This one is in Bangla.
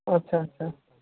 আচ্ছা আচ্ছা